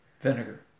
Vinegar